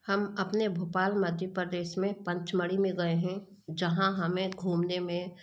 हम अपने भोपाल मध्य प्रदेश में पंचमढ़ी में गए हैं जहाँ हमें घूमने में